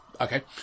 Okay